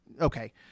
Okay